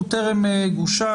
הוא טרם גושר.